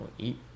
eat